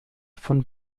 von